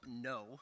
no